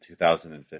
2015